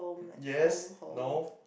yes no